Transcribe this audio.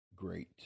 great